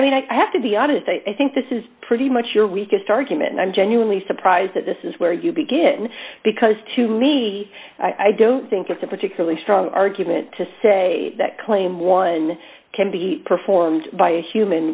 mean i have to be odd if they think this is pretty much your weakest argument i'm genuinely surprised that this is where you begin because to me i don't think it's a particularly strong argument to say that claim one can be performed by a human